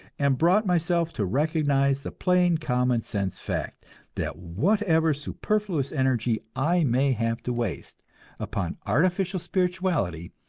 and brought myself to recognize the plain common sense fact that whatever superfluous energy i may have to waste upon artificial spirituality,